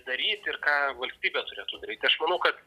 daryti ir ką valstybė turėtų daryti aš manau kad